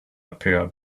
appear